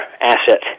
asset